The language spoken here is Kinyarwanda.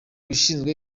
ushinzwe